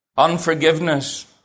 unforgiveness